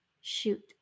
shoot